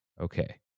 Okay